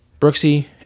Brooksy